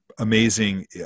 Amazing